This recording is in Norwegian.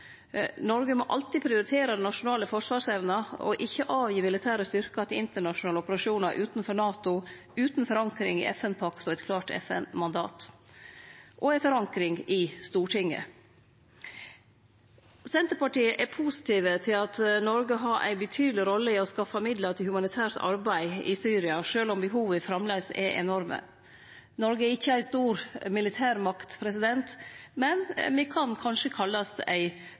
Noreg må alltid prioritere den nasjonale forsvarsevna og ikkje gi frå seg militære styrkar til internasjonale operasjonar utanfor NATO utan forankring i FN-pakta og eit klart FN-mandat og utan ei forankring i Stortinget. Senterpartiet er positiv til at Noreg har ei betydeleg rolle i å skaffe midlar til humanitært arbeid i Syria sjølv om behova framleis er enorme. Noreg er ikkje ei stor militærmakt, men me kan kanskje kallast ei